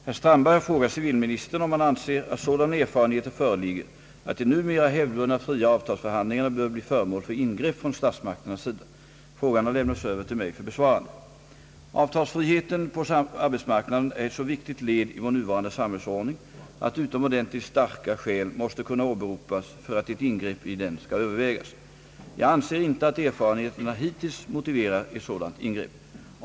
Herr talman! Herr Strandberg har frågat civilministern om han anser att sådana erfarenheter föreligger att de numera hävdvunna fria avtalsförhandlingarna bör bli föremål för ingrepp från statsmakternas sida. Frågan har lämnats över till mig för besvarande. Avtalsfriheten på arbetsmarknaden är ett så viktigt led i vår nuvarande samhällsordning att utomordentligt starka skäl måste kunna åberopas för att ett ingrepp i den skall övervägas. Jag anser inte att erfarenheterna hittills motiverar ett sådant ingrepp.